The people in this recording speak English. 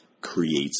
Creates